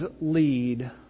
lead